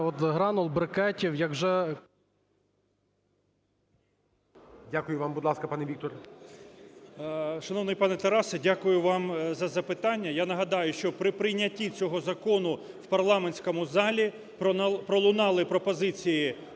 Дякую вам. Будь ласка, пане Віктор.